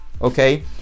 okay